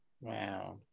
Wow